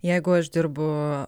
jeigu aš dirbu